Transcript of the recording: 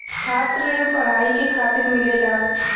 छात्र ऋण पढ़ाई के खातिर मिलेला